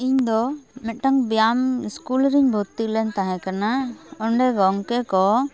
ᱤᱧ ᱫᱚ ᱢᱤᱫᱴᱟᱝ ᱵᱮᱭᱟᱢ ᱤᱥᱠᱩᱞ ᱨᱤᱧ ᱵᱷᱚᱨᱛᱤ ᱞᱮᱱ ᱛᱟᱦᱮᱸ ᱠᱟᱱᱟ ᱚᱸᱰᱮ ᱜᱚᱝᱠᱮ ᱠᱚ